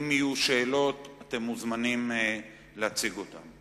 אם יהיו שאלות, אתם מוזמנים להציג אותן.